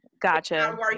Gotcha